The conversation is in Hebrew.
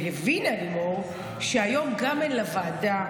הבינה לימור שהיום גם אין לה ועדה,